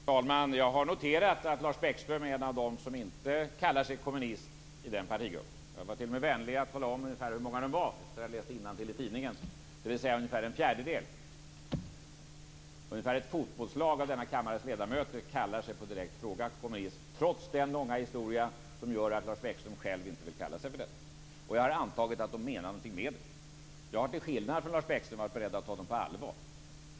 Fru talman! Jag har noterat att Lars Bäckström är en av dem som inte kallar sig kommunist i den partigruppen. Jag var t.o.m. vänlig att tala om ungefär hur många de var efter att ha läst innantill i tidningen. De är ungefär en fjärdedel av partigruppen. Ungefär ett fotbollslag av denna kammares ledamöter kallar sig på direkt fråga för kommunist trots den långa historia som gör att Lars Bäckström själv inte vill kalla sig för detta. Jag har antagit att de menar någonting med det. Jag har, till skillnad från Lars Bäckström, varit beredd att ta dem på allvar.